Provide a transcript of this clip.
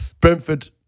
Brentford